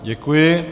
Děkuji.